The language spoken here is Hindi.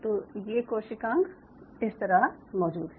तो ये कोशिकांग इस तरह मौजूद है